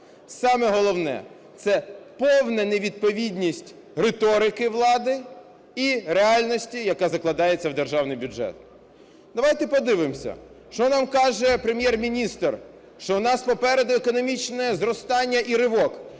Саме головне – це повна невідповідність риторики влади і реальності, яка закладається в Державний бюджет. Давайте подивимося, що нам каже Прем'єр-міністр, що в нас попереду економічне зростання і ривок: